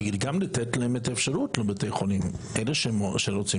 גם לתת להם את האפשרות, לבתי החולים, אלו שרוצים.